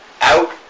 out